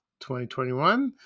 2021